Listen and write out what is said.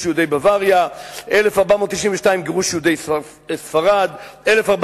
גירוש יהודי בוואריה,